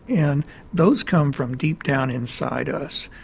and those come from deep down inside us.